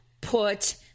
put